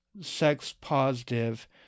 sex-positive